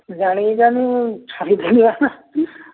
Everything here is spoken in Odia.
ଜାଣି ଜାଣି ଛାଡ଼ି ଦେଲା